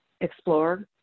explore